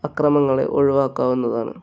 അക്രമങ്ങളെ ഒഴിവാക്കാവുന്നതാണ്